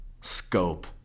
scope